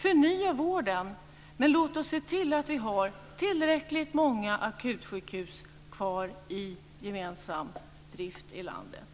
Förnya vården, men låt oss se till att vi har tillräckligt många akutsjukhus kvar i gemensam drift i landet!